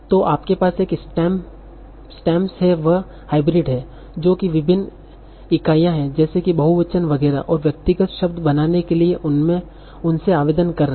तो आपके पास एक स्टेम्स है वह हाइब्रिड हैं जो कि विभिन्न इकाइयाँ हैं जैसे कि बहुवचन वगैरह और व्यक्तिगत शब्द बनाने के लिए उनसे आवेदन कर रहे हैं